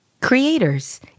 Creators